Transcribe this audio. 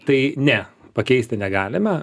tai ne pakeisti negalime